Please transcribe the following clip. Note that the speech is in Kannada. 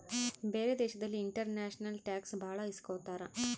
ಬೇರೆ ದೇಶದಲ್ಲಿ ಇಂಟರ್ನ್ಯಾಷನಲ್ ಟ್ಯಾಕ್ಸ್ ಭಾಳ ಇಸ್ಕೊತಾರ